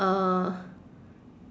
uh